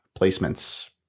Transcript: placements